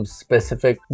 specific